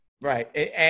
Right